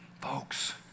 folks